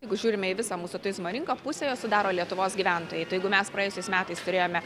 jeigu žiūrime į visą mūsų turizmo rinką pusę jos sudaro lietuvos gyventojai tai jeigu mes praėjusiais metais turėjome